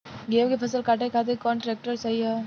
गेहूँ के फसल काटे खातिर कौन ट्रैक्टर सही ह?